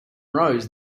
rose